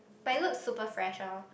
but it looks super fresh orh